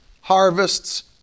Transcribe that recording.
harvests